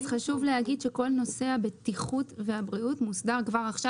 כל נושא הבטיחות והבריאות מוסדר כבר עכשיו